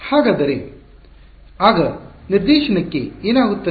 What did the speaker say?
ಹಾಗಾದರೆ ಆಗ ನಿರ್ದೇಶನಕ್ಕೆ ಏನಾಗುತ್ತದೆ